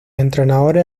entrenadores